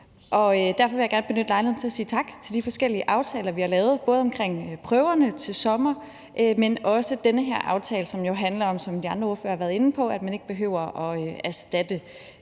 Derfor vil jeg gerne benytte lejligheden til at sige tak for de forskellige aftaler, vi har lavet, både den om prøverne til sommer, men også den her aftale, som jo handler om, at man ikke behøver at erstatte